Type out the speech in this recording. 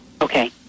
Okay